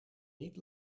niet